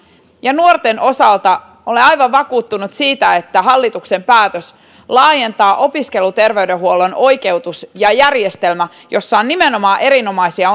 ja nuorten osalta olen aivan vakuuttunut siitä että hallituksen päätös laajentaa opiskeluterveydenhuollon oikeutus ja järjestelmä jossa on nimenomaan erinomaisia